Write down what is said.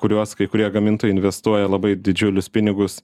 kuriuos kai kurie gamintojai investuoja labai didžiulius pinigus